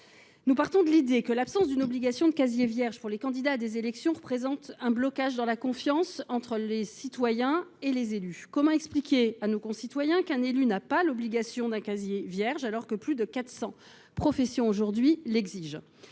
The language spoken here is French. Nous partons de l’idée que l’absence d’une obligation de casier vierge pour les candidats à des élections est source de blocage dans la confiance entre les citoyens et les élus. Comment expliquer à nos concitoyens qu’un élu n’a pas l’obligation de produire un casier judiciaire vierge alors que plus de 400 professions l’exigent